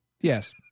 Yes